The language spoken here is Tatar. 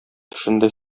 төшендә